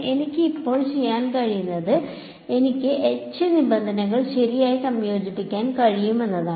എനിക്ക് ഇപ്പോൾ ചെയ്യാൻ കഴിയുന്നത് എനിക്ക് H നിബന്ധനകൾ ശരിയായി സംയോജിപ്പിക്കാൻ കഴിയും എന്നതാണ്